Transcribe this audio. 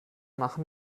machen